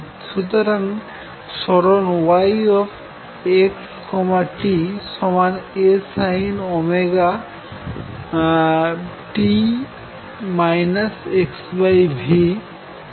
সুতরাং সরন y x t A sin ω t x v হবে